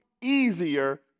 easier